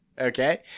Okay